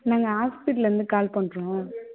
நாங்கள் ஹாஸ்பிட்லருந்து கால் பண்ணுறோம்